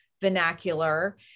vernacular